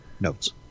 Notes